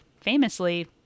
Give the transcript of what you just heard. famously